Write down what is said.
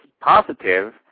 positive